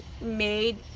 made